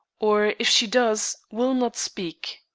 or, if she does, will not speak.